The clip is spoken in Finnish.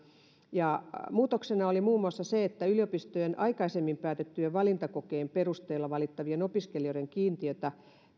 muutoksena oli muun muassa se että yliopistojen aikaisemmin päätettyä valintakokeen perusteella valittavien opiskelijoiden kiintiötä